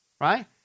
Right